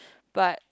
but